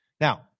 Now